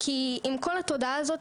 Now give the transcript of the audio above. כי עם כל התודעה הזאת,